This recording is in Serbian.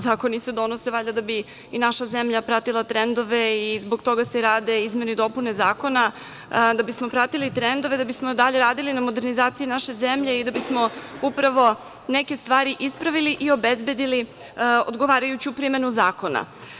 Zakoni se donose valjda da bi i naša zemlja pratila trendove i zbog toga se rade izmene i dopune zakona da bismo pratili trendove, da bismo dalje radili na modernizaciji naše zemlje i da bismo upravo neke stvari ispravili i obezbedili odgovarajuću primenu zakona.